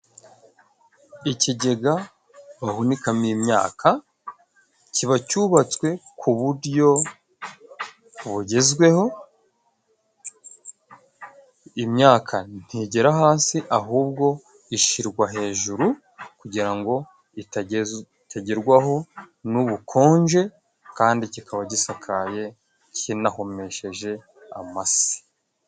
Ikigega bahunikamo imyaka kiba cyubatswe ku buryo bugezweho, imyaka ntigera hasi ahubwo ishyirwa hejuru kugira ngo itagerwaho n'ubukonje, kandi kikaba gisakaye kinahomesheje amase.